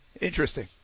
Interesting